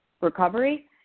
recovery